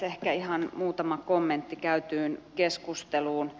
ehkä ihan muutama kommentti käytyyn keskusteluun